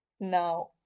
Now